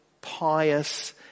pious